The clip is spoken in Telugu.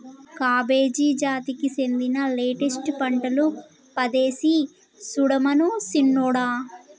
కాబేజి జాతికి సెందిన లెట్టస్ పంటలు పదేసి సుడమను సిన్నోడా